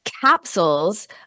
capsules